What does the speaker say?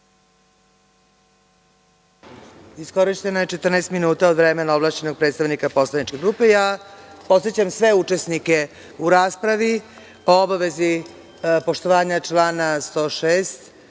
Iskorišćeno je 14 minuta od vremena ovlašćenog predstavnika poslaničke grupe. Podsećam sve učesnike u raspravi o obavezi poštovanja člana 106,